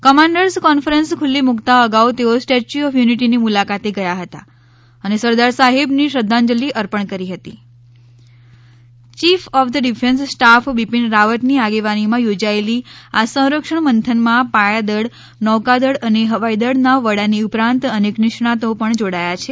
commanders conference ખુલ્લી મુક્તા અગાઉ તેઓ સ્ટેચ્યું ઓફ યુનિટી ની મુલાકાતે ગયા હતા અને સરદાર સાહેબ ને શ્રદ્ધાંજલી અર્પણ કરી હતી chief of the defence staff Bipin Rawat ની આગેવાની માં યોજાયેલા આ સંરક્ષણ મંથન માં પાય દળ નૌકાદળ અને હવાઈ દળ ના વડા ની ઉપરાંત અનેક નિષ્ણાંતો પણ જોડાયા છે